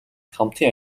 хамтын